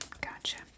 gotcha